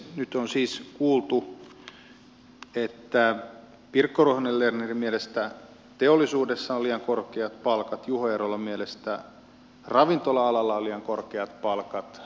nyt on siis kuultu että pirkko ruohonen lernerin mielestä teollisuudessa on liiat korkeat palkat juho eerolan mielestä ravintola alalla on liian korkeat palkat